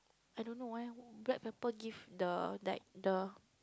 I don't know why black pepper give the like the